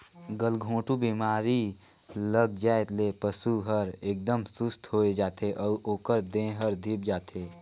गलघोंटू बेमारी लग जाये ले पसु हर एकदम सुस्त होय जाथे अउ ओकर देह हर धीप जाथे